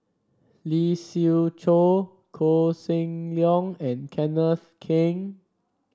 Lee Siew Choh Koh Seng Leong and Kenneth Keng